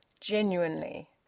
genuinely